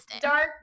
dark